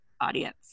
audience